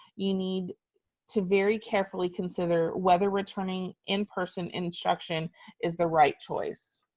you need to very carefully consider whether returning in person instruction is the right choice.